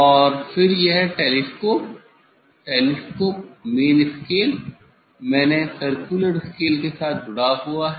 और फिर यह telescope telescope main scale main circular scale के साथ जुड़ा हुआ है